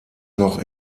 noch